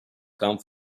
come